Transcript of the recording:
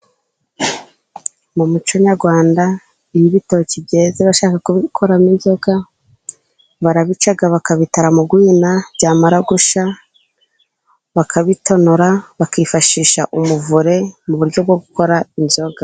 Mu muco nyarwanda, iyo ibitoki byeze bashaka bakuramo inzoga, barabica bakabitara murwina, byamara gushya bakabitonora bakifashisha umuvure, mu buryo bwo gukora inzoga.